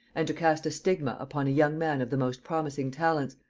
and to cast a stigma upon a young man of the most promising talents,